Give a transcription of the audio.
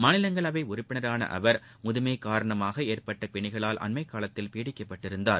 மாநிலங்களவை உறுப்பினரான அவர் முதுமை காரணமாக ஏற்பட்ட பிணிகளால் அண்மைக்காலத்தில் பீடக்கப்பட்டிருந்தார்